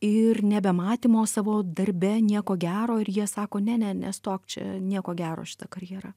ir nebematymo savo darbe nieko gero ir jie sako ne ne nestok čia nieko gero šita karjera